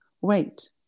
Wait